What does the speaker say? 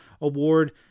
Award